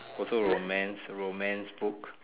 also romance romance book